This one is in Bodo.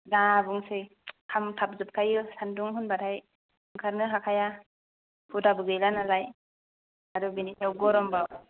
दा बुंसै खामथाबजोबखायो सान्दुं होनबाथाय आंखारनो हाखाया हुदाबो गैलानालाय आरो बिनि सायाव गरमबो